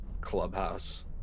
clubhouse